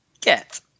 Get